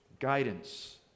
Guidance